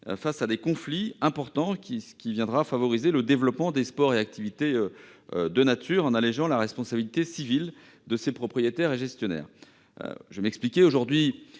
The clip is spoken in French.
et à des conflits importants. Cette mesure favorisera le développement des sports et activités de nature en allégeant la responsabilité civile des propriétaires et gestionnaires de sites naturels. Aujourd'hui,